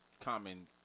common